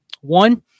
One